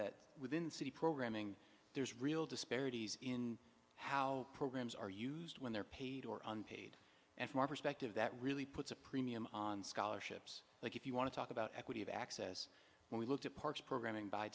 that within city programming there's real disparities in how programs are used when they're paid or unpaid and from our perspective that really puts a premium on scholarships like if you want to talk about equity of access when we looked at parts programming by